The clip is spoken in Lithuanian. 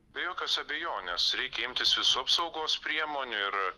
be jokios abejonės reikia imtis visų apsaugos priemonių ir